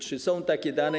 Czy są takie dane?